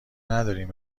ندارین